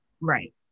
right